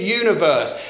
universe